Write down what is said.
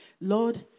Lord